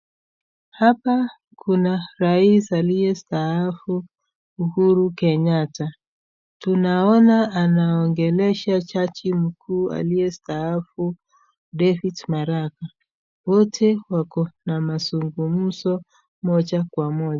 Hapa, kuna rais aliye staafu, Uhuru Kenyatta, tunaona anaongelesha jaji mkuu aliyestaafu, David Maraga, wote wako na masungumso moja kwa moja.